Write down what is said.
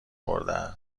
خورده